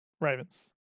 Ravens